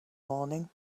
morning